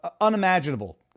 unimaginable